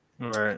Right